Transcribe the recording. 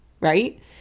right